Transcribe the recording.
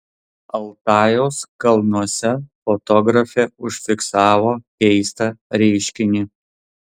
altajaus kalnuose fotografė užfiksavo keistą reiškinį